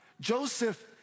Joseph